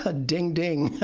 ah ding ding